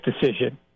decision